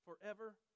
forever